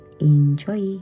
Enjoy